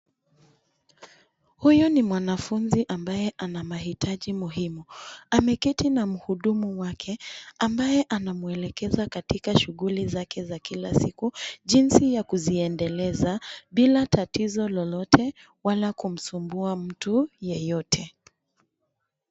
Huyu ni mwanafunzi ambaye ana mahitaji muhimu. Ameketi na mhudumu wake ambaye anamwelekeza katika shuguli zake za kila siku jinsi ya kuziendeleza bila tatizo lolote wala kumsumbua mtu yeyote.